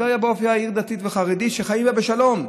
טבריה באופייה עיר דתית וחרדית, שחיים בה בשלום.